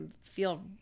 feel